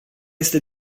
este